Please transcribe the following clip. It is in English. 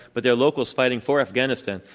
but they are locals fighting for afghanistan.